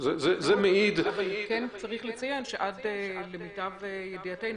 זה מעיד --- צריך לציין שלמיטב ידיעתנו